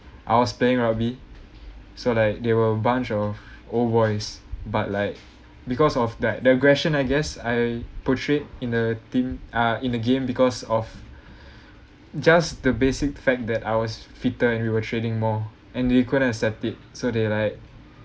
I was playing rugby so like they were a bunch of old boys but like because of that the aggression I guess I portrayed in the team ah in the game because of just the basic fact that I was fitter and we were training more and they couldn't accept it so they like